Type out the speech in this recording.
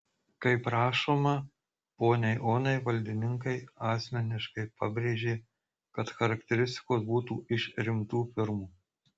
kaip rašoma poniai onai valdininkai asmeniškai pabrėžė kad charakteristikos būtų iš rimtų firmų